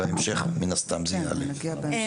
אבל מן הסתם זה יעלה בהמשך.